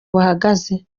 buhagaze